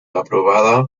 aprobada